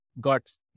got